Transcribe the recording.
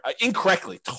incorrectly